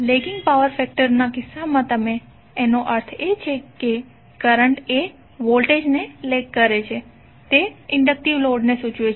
lagging power factor કિસ્સામાં તેનો અર્થ એ છે કે કરંટએ વોલ્ટેજ ને લેગ કરે છે અને તે ઇન્ડક્ટિવ લોડને સૂચવે છે